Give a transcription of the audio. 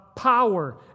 power